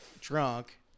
Drunk